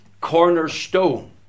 cornerstone